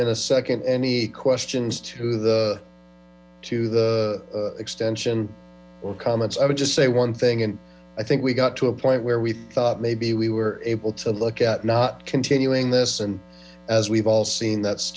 and a second any questions to the to the extension or comments i would just say one thing and i think we got to the point where we thought maybe we were able to look at not continuing this and as we've all sen that's